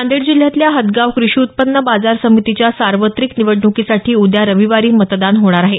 नांदेड जिल्ह्यातल्या हदगाव कृषी उत्पन्नबाजार समितीच्या सार्वत्रिक निवडणुकीसाठी उद्या रविवारी मतदान होणार आहे